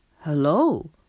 Hello